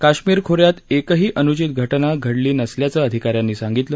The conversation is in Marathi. काश्मीर खो यात एकही अनुचित घटना घडली नसल्याचं अधिका यांनी सांगितलं